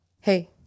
Hey